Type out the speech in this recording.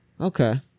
Okay